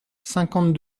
cinquante